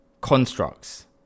constructs